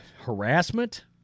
Harassment